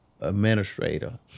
administrator